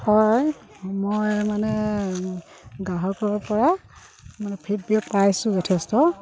হয় মই মানে গ্ৰাহকৰপৰা মানে ফিডবেক পাইছোঁ যথেষ্ট